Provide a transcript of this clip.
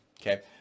okay